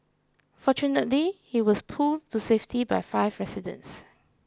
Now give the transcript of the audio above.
fortunately he was pulled to safety by five residents